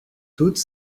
toutes